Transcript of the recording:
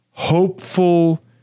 hopeful